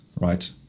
right